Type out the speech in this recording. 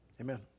Amen